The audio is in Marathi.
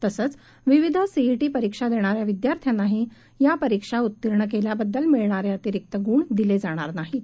तसंच विविध सीईटी परीक्षा देणाऱ्या विद्यार्थ्यांनाही या परीक्षा उत्तीर्ण केल्याबद्दल मिळणारे अतिरीक्त गुण दिले जाणार नाहीत